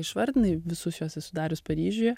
išvardinai visus juos esu darius paryžiuje